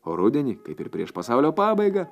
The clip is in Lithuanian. o rudenį kaip ir prieš pasaulio pabaigą